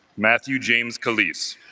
matthew james kelis